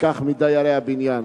לכך מדיירי הבניין.